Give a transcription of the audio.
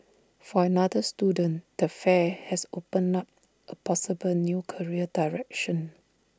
for another student the fair has opened up A possible new career direction